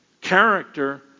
character